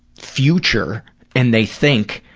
future and they think,